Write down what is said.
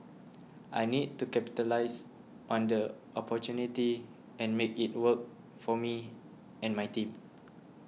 I need to capitalise on the opportunity and make it work for me and my team